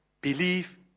believe